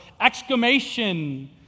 exclamation